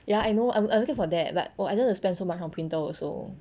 ya I know I'm I'm looking for that but 我 don't want to spend so much on printer also